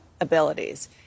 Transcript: abilities